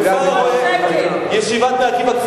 ולא נותנים להם מזה שום דבר.